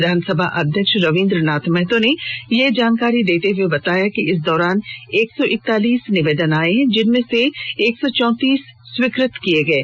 विधानसभा अध्यक्ष रबीन्द्रनाथ महतो ने यह जानकारी देते हुए बताया कि इस दौरान एक सौ इकतालीस निवेदन आये जिनमें से एक सौ चौंतीस स्वीकृत किये गये